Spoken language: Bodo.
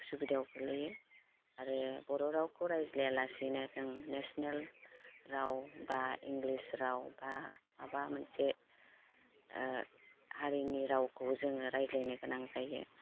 उसुबिदायाव गोग्लैयो आरो बर' रावखौ राज्लायालासिनो जों नेशनेल राव बा इंग्लिस राव बा माबा मोनसे हारिनि रावखौ जोङो रायज्लानो गोनां जायो